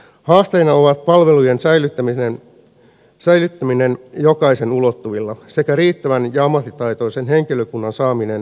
haasteina ovat palvelujen säilyttäminen jokaisen ulottuvilla sekä riittävän ja ammattitaitoisen henkilökunnan saaminen hoiva ja hoitoalalle